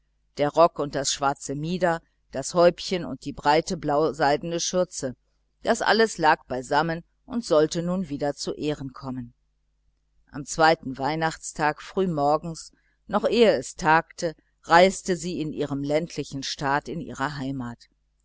der dicke rock und das schwarze mieder das häubchen und die breite blauseidene schürze das alles lag beisammen und sollte nun wieder zu ehren kommen am zweiten weihnachtsfeiertag früh morgens noch ehe es tagte reiste sie in ihrem ländlichen staat in ihre heimat